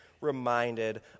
reminded